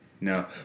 No